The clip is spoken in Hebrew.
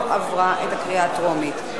לא עברה בקריאה הטרומית.